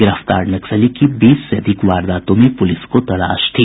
गिरफ्तार नक्सली की बीस से अधिक वारदातों में पुलिस को तलाश थी